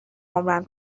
عمرم